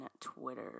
Twitter